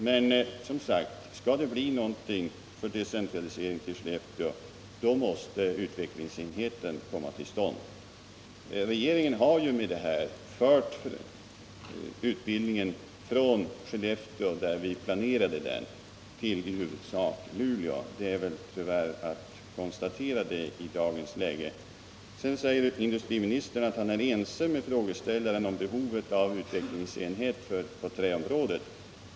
Men skall det bli någonting av en decentralisering till Skellefteå måste utvecklingsenheten komma till stånd. Regeringen har med sin budgetproposition fört utbildningen från Skellefteå, där vi planerade den, till i huvudsak Luleå. Det är i dagens läge tyvärr bara att konstatera. Sedan säger industriministern att han är ense med frågeställaren om behovet av en utvecklingsenhet på träområdet.